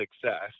success